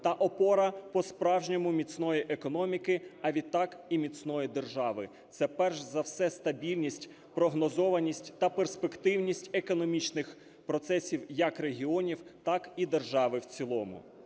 та опора по-справжньому міцної економіки, а відтак і міцної держави. Це перш за все стабільність, прогнозованість та перспективність економічних процесів як регіонів, так і держави в цілому.